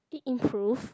it improved